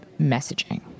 messaging